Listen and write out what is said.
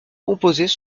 composées